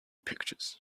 pictures